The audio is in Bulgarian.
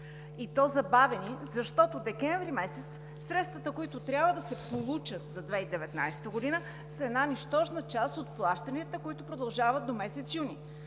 И то забавени, защото през месец декември средствата, които трябва да се получат за 2019 г., са една нищожна част от плащанията, които продължават до месец юни.